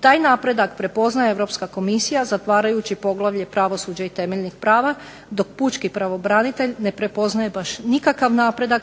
taj napredak prepoznaje Europska komisija zatvarajući poglavlje pravosuđa i temeljnih prava, dok pučki pravobranitelj ne prepoznaje nikakav napredak